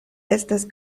estas